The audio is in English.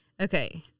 okay